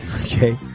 Okay